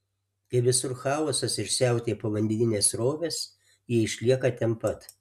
kai visur chaosas ir siautėja povandeninės srovės jie išlieka ten pat